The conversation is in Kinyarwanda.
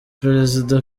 perezida